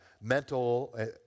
mental